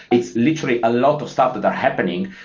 it's literally a lot of stuff that are happening.